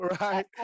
right